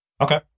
Okay